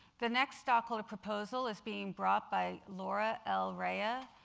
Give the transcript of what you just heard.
the next stockholder proposal is being brought by laura l. rea, ah